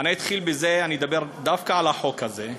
אני אתחיל בזה, אני אדבר דווקא על החוק הזה,